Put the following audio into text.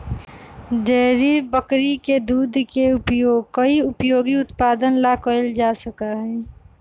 dairy बकरी के दूध के उपयोग कई उपयोगी उत्पादन ला कइल जा सका हई